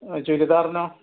ചുരിദാറിനോ